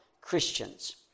Christians